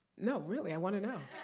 no, really, i wanna know?